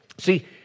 See